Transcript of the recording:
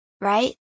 right